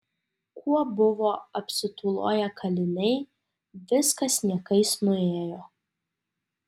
kuo buvo apsitūloję kaliniai viskas niekais nuėjo